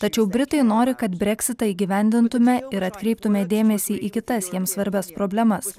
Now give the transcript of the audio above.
tačiau britai nori kad breksitą įgyvendintume ir atkreiptume dėmesį į kitas jiems svarbias problemas